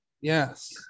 Yes